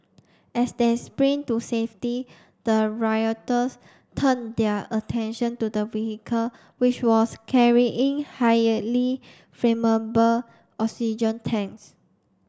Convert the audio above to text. as they sprint to safety the rioters turned their attention to the vehicle which was carrying flammable oxygen tanks